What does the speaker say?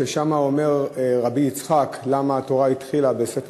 ששם אומר רבי יצחק: למה התורה התחילה בספר